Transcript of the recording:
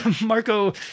Marco